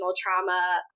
trauma